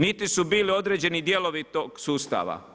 Niti su bili određeni dijelovi tog sustava.